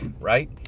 right